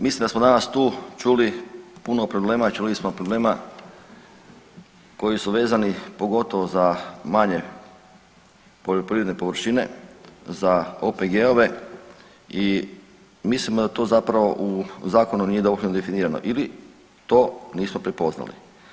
Mislim da smo danas tu čuli puno problema, čuli smo problema koji su vezani pogotovo za manje poljoprivredne površine, za OPG-ove i mislimo da to zapravo u zakonu nije … [[Govornik se ne razumije]] definirano ili to nismo prepoznali.